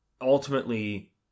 ultimately